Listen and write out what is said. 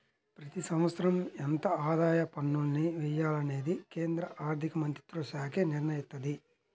ప్రతి సంవత్సరం ఎంత ఆదాయ పన్నుల్ని వెయ్యాలనేది కేంద్ర ఆర్ధికమంత్రిత్వశాఖే నిర్ణయిత్తది